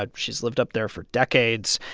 but she's lived up there for decades.